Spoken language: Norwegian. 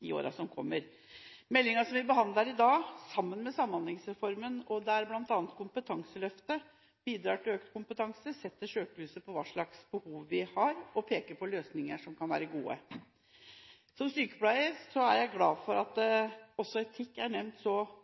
i årene som kommer. Meldingen som vi behandler i dag, setter – sammen med Samhandlingsreformen, der bl.a. Kompetanseløftet bidrar til økt kompetanse – søkelyset på hva slags behov vi har, og peker på løsninger som kan være gode. Som sykepleier er jeg glad for at også etikk som en del av utdanningen er nevnt så